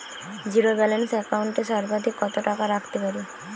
Zero balance account এ সর্বাধিক কত টাকা রাখতে পারি?